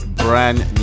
brand